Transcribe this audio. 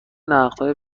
نقدها